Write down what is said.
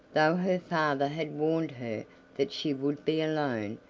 though her father had warned her that she would be alone,